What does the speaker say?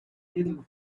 little